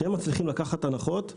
שהם מצליחים לקחת הנחות מהספקים.